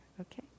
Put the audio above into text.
Okay